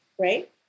Right